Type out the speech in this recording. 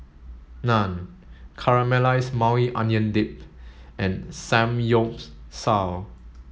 Naan Caramelized Maui Onion Dip and Samgyeopsal